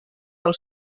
del